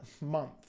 month